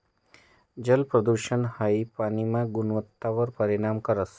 जलप्रदूषण हाई पाणीना गुणवत्तावर परिणाम करस